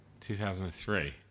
2003